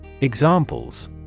Examples